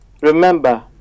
Remember